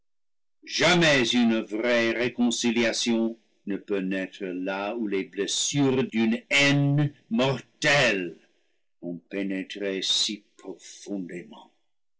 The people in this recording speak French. jamais une vraie réconciliation ne peut naître là où les blessures d'une haine mortelle ont pénétré si profondément